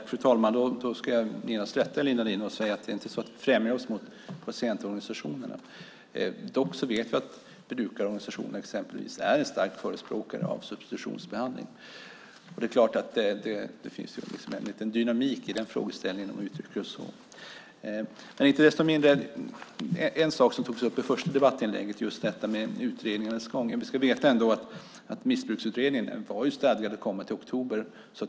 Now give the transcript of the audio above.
Fru talman! Jag ska genast rätta Elina Linna och säga att vi inte fjärmar oss från patientorganisationerna. Dock vet vi att exempelvis brukarorganisationerna är starka förespråkare av substitutionsbehandling. Det är klart att det finns lite dynamik i den frågeställningen, om jag uttrycker mig så. I det första debattinlägget togs utredningarnas gång upp. Vi ska veta att det var sagt att Missbruksutredningen skulle komma i oktober.